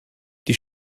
die